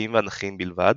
אופקיים ואנכיים בלבד,